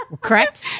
Correct